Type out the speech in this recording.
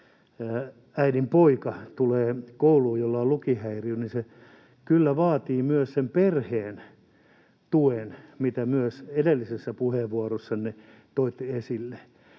lukihäiriö, tulee kouluun, niin se kyllä vaatii myös sen perheen tuen, minkä myös edellisessä puheenvuorossanne toitte esille.